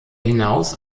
hinaus